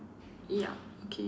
ya okay